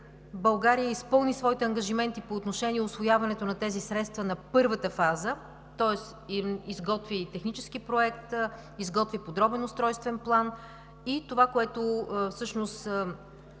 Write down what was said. България изпълни своите ангажименти по отношение усвояването на тези средства на първата фаза, тоест изготви технически проект, подробен устройствен план. Това, което всъщност